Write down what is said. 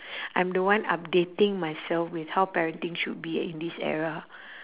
I'm the one updating myself with how parenting should be in this era